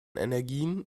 energien